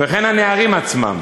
וכן הנערים עצמם